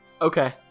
Okay